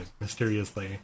mysteriously